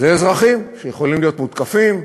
זה אזרחים שיכולים להיות מותקפים,